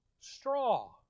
straw